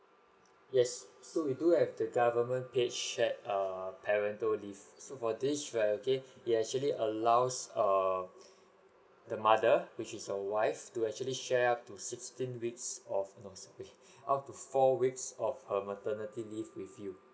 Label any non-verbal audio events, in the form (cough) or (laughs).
yes so we do have the government paid shared err parental leave so for this right okay it actually allows err the mother which is your wife to actually share up to sixteen weeks of no sorry (laughs) up to four weeks of her maternity leave with you